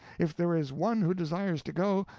if there is one who desires to go,